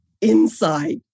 inside